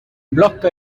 blocco